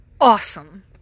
awesome